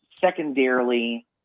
Secondarily